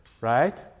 right